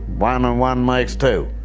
one um and one makes two.